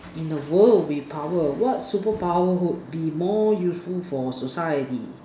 in a world with power what super power would be more useful for society